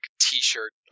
t-shirt